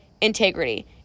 integrity